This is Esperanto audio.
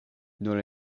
nur